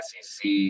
SEC